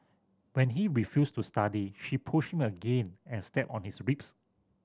when he refused to study she pushed him again and stepped on his ribs